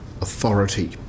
authority